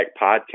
Podcast